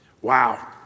Wow